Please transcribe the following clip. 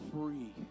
free